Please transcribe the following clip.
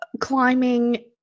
climbing